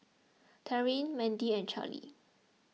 Taryn Mendy and Charly